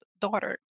daughter